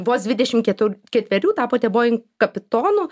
vos dvidešim ketur ketverių tapote bojing kapitonu